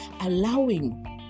allowing